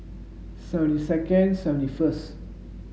seventy second seventy first